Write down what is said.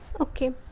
Okay